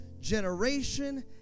generation